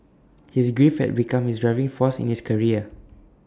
his grief had become his driving force in his career